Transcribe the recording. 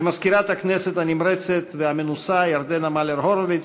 למזכירת הכנסת הנמרצת והמנוסה ירדנה מלר-הורוביץ,